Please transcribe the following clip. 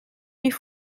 wie